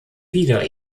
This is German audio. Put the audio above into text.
wieder